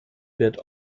wird